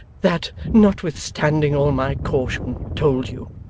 that, notwithstanding all my caution, told you?